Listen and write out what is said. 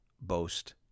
boast